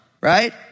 right